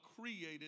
created